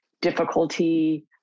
difficulty